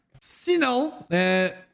Sinon